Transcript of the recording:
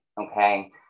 okay